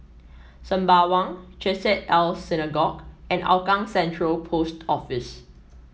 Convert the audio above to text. Sembawang Chesed El Synagogue and Hougang Central Post Office